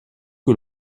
que